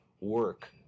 work